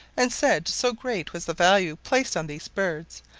and said so great was the value placed on these birds,